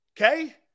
okay